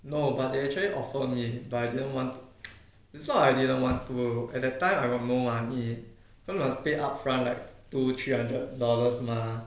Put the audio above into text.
no but they actually offered me but I didn't want is not I didn't want to at that time I got no money cause you got to pay upfront like two three hundred dollars mah